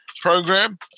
program